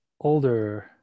older